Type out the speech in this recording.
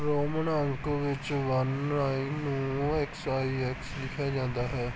Roman ਅੰਕਾਂ ਵਿੱਚ one nine ਨੂੰ ਐਕਸ ਆਈ ਐਕਸ ਲਿਖਿਆ ਜਾਂਦਾ ਹੈ